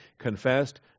confessed